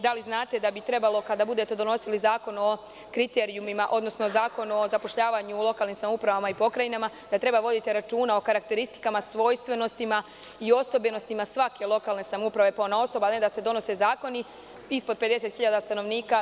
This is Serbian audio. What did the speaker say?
Da li znate da bi trebalo, kada budete donosili zakon o kriterijumima odnosno zakon o zapošljavanju u lokalnim samoupravama i pokrajinama, voditi računa o karakteristika, svojstvenostima i osobenostima svake lokalne samouprave ponaosob, a ne da se donose zakoni da jedini kriterijum bude ispod 50.000 stanovnika?